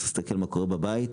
תסתכל מה קורה בבית,